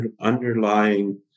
underlying